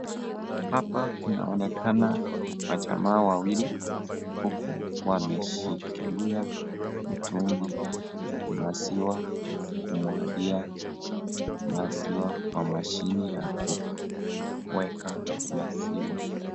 Hapa panaonekana majamaa wawili, huku wameshikilia mtungi ya maziwa kumwagia maziwa kwa mashini ya kuweka maziwa.